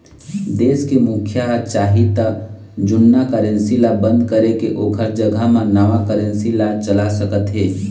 देश के मुखिया ह चाही त जुन्ना करेंसी ल बंद करके ओखर जघा म नवा करेंसी ला चला सकत हे